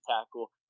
tackle